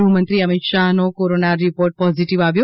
ગૃહમંત્રી અમિતશાહનો corona report positive આવ્યો